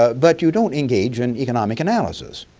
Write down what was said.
but you don't engage in economic analysis.